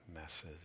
messes